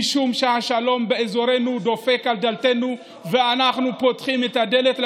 משום שהשלום באזורנו דופק על דלתנו ואנחנו פותחים את הדלת לשלום.